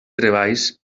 treballs